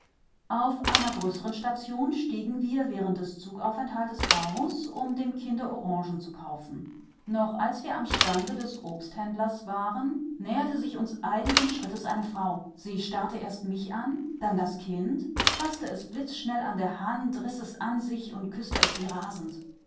auf einer größeren station stiegen wir während des zugaufenthaltes aus um dem kinde orangen zu kaufen noch als wir am stande des obsthändlers waren näherte sich uns eiligen schrittes eine frau sie starrte erst mich an dann das kind faßte es blitzschnell an der hand riß es an sich und küßte es wie rasend